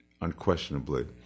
unquestionably